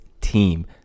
team